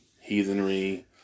heathenry